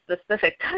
specific